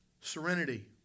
Serenity